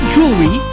Jewelry